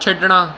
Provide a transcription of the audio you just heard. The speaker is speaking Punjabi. ਛੱਡਣਾ